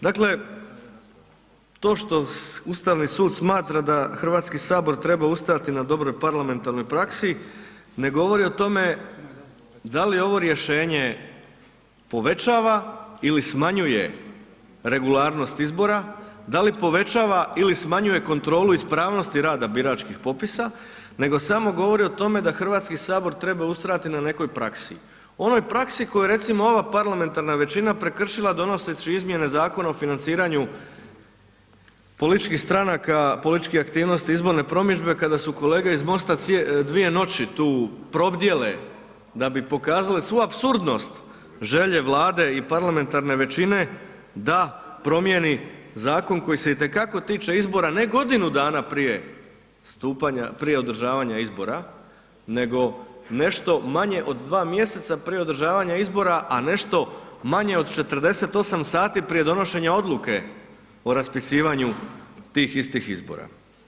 Dakle, to što Ustavni sud smatra da HS treba ustrajati na dobroj parlamentarnoj praksi ne govori o tome da li ovo rješenje povećava ili smanjuje regularnost izbora, da li povećava ili smanjuje kontrolu ispravnosti rada biračkih popisa, nego samo govori o tome da HS treba ustrajati na nekoj praksi, onoj praksi koju je recimo ova parlamentarna većina prekršila donoseći izmjene Zakona o financiranju političkih stranaka, političkih aktivnosti i izborne promidžbe kada su kolege iz MOST-a dvije noći tu probdjele da bi pokazale svu apsurdnost, želje Vlade i parlamentarne većine da promijeni zakon koji se itekako tiče izbora, ne godinu dana prije stupanja, prije održavanja izbora, nego nešto manje od dva mjeseca prije održavanja izbora, a nešto manje od 48 sati prije donošenja odluke o raspisivanju tih istih izbora.